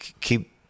keep